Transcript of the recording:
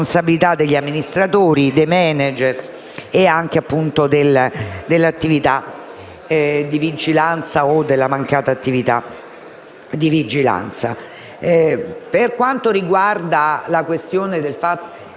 Per quanto riguarda la questione della